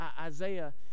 Isaiah